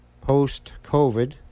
post-COVID